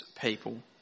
people